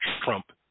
trump